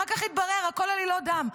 אחר כך התברר שהכול עלילות דם,